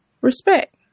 respect